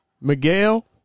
Miguel